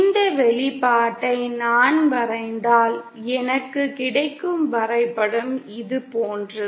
இந்த வெளிப்பாட்டை நான் வரைந்தால் எனக்கு கிடைக்கும் வரைபடம் இது போன்றது